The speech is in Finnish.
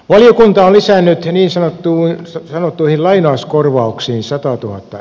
valiokunta lisäännyttyä niinsanottuihinsa sanottuihin lainauskorvauksiin satatuhatta